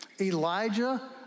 Elijah